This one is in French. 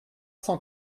cent